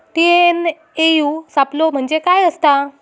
TNAU सापलो म्हणजे काय असतां?